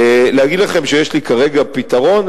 להגיד לכם שיש לי כרגע פתרון?